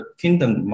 kingdom